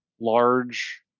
large